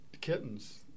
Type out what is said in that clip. kittens